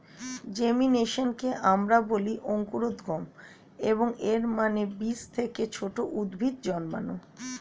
জেমিনেশনকে আমরা বলি অঙ্কুরোদ্গম, এবং এর মানে বীজ থেকে ছোট উদ্ভিদ জন্মানো